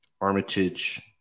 Armitage